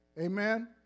Amen